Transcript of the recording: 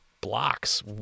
blocks